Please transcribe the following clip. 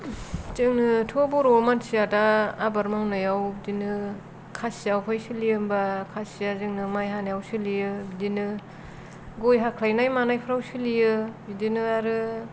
जोंनोथ' बर' मानसिया दा आबाद मावनायाव बिदिनो खासिया बबेहाय सोलियो होनब्ला खासिया जोंनो माइ हानायाव सोलियो बिदिनो गय हाख्लायनाय मानायफोराव सोलियो बिदिनो आरो